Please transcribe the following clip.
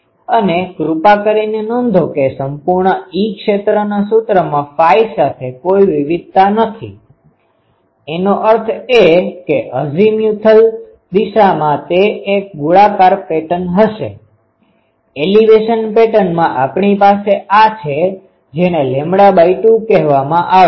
અને કૃપા કરીને નોંધો કે સંપૂર્ણ E ક્ષેત્રના સુત્રમાં ϕ સાથે કોઈ વિવિધતા નથી એનો અર્થ એ કે અઝીમુથલ દિશામાં તે એક ગોળાકાર પેટર્ન હશે એલિવેશન પેટર્નમાં આપણી પાસે આ છે જેને 2 કહેવામાં આવે છે